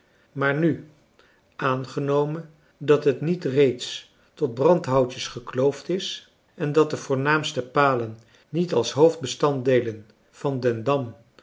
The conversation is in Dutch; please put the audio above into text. maar nu aangenomen dat het niet reeds tot brandhoutjes gekloofd is en dat de voornaamste palen niet als hoofdbestanddeelen van